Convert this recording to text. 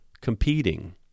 competing